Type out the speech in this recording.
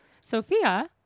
Sophia